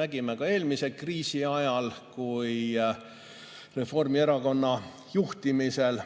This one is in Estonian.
Nägime ka eelmise kriisi ajal, kuidas Reformierakonna juhtimisel